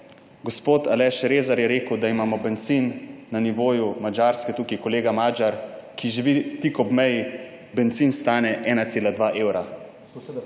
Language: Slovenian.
Gospod Aleša Rezar je rekel, da imamo bencin na nivoju Madžarske. Tukaj je kolega Magyar, ki živi tik ob meji, bencin stane 1,2 evra,